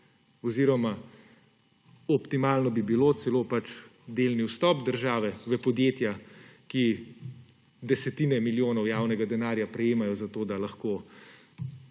Oziroma optimalen bi bil celo delni vstop države v podjetja, ki desetine milijonov javnega denarja prejemajo, zato da lahko